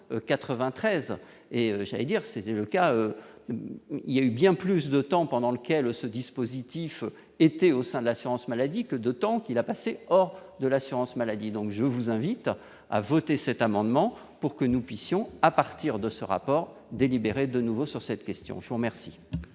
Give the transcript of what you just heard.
1993 et j'allais dire, c'était le cas il y a eu bien plus de temps pendant lequel au ce dispositif était au sein de l'assurance maladie que d'autant qu'il a hors de l'assurance-maladie, donc je vous invite à voter cet amendement pour que nous puissions à partir de ce rapport délibéré de nouveau sur cette question, chaud, merci.